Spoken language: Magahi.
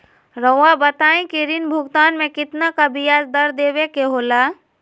रहुआ बताइं कि ऋण भुगतान में कितना का ब्याज दर देवें के होला?